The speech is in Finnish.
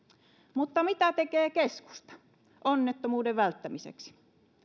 mutta mitä tekee keskusta onnettomuuden välttämiseksi